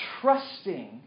trusting